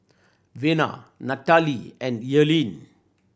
Vena Natalee and Earlene